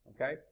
Okay